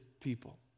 people